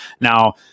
Now